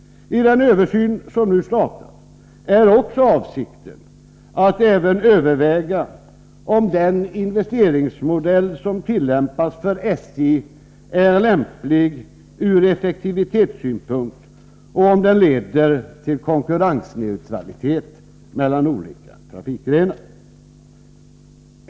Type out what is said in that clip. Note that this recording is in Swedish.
I den översyn som nu startat är avsikten att även överväga om den investeringsmodell som tillämpas för SJ är lämplig ur effektivitetssynpunkt och om den leder till konkurrensneutralitet mellan olika trafikgrenar.